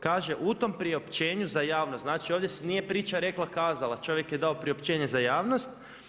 Kaže, u tom priopćenju za javnost, znači ovdje se ne priča „rekla-kazala“, čovjek je dao priopćenje za javnost.